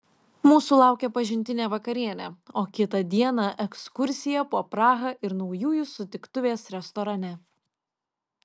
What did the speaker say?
mūsų laukė pažintinė vakarienė o kitą dieną ekskursija po prahą ir naujųjų sutiktuvės restorane